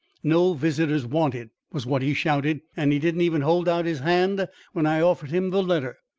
no visitors wanted was what he shouted, and he didn't even hold out his hand when i offered him the letter.